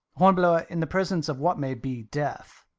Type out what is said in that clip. hornblower, in the presence of what may be death,